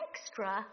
extra